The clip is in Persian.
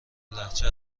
لهجه